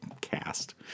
cast